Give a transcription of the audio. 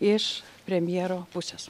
iš premjero pusės